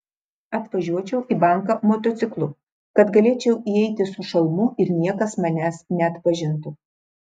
atvažiuočiau į banką motociklu kad galėčiau įeiti su šalmu ir niekas manęs neatpažintų